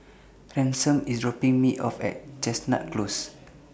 Ransom IS dropping Me off At Chestnut Close